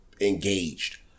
engaged